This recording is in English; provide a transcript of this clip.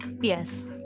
Yes